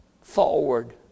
forward